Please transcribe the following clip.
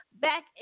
back